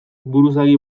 buruzagi